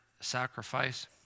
sacrifice